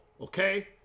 okay